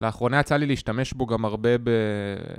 לאחרונה יצא לי להשתמש בו גם הרבה ב...